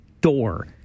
door